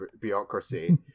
bureaucracy